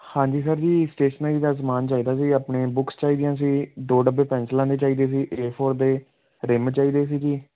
ਹਾਂਜੀ sir ji stationery ਦਾ ਸਮਾਨ ਚਾਹੀਦਾ ਸੀ ਆਪਣੇ ਬੁੱਕਸ ਚਾਹੀਦੀਆਂ ਸੀ ਦੋ ਡੱਬੇ ਪੈਨਸਲਾਂ ਦੇ ਚਾਹੀਦੇ ਸੀ ਏ ਫੋਰ ਦੇ ਰਿਮ ਚਾਹੀਦੇ ਸੀ ਜੀ